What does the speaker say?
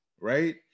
right